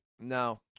No